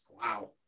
wow